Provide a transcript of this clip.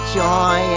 joy